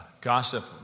gossip